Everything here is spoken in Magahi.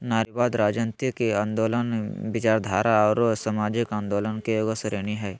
नारीवाद, राजनयतिक आन्दोलनों, विचारधारा औरो सामाजिक आंदोलन के एगो श्रेणी हइ